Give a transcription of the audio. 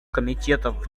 комитетов